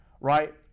right